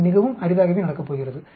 அது மிகவும் அரிதாகவே நடக்கப்போகிறது